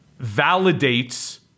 validates